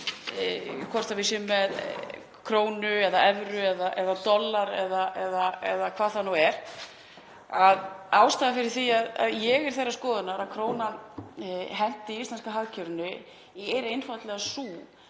hvort við séum með krónu, evru, dollar eða hvað það nú er. Ástæðan fyrir því að ég er þeirrar skoðunar að krónan henti íslenska hagkerfinu er einfaldlega sú